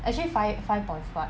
actually five five point five